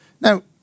Now